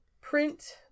print